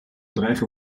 dreigen